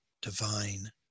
divine